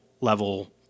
level